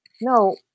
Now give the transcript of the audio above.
no